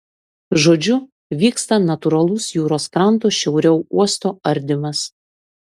žodžiu vyksta natūralus jūros kranto šiauriau uosto ardymas